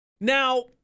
Now